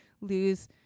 lose